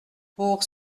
pour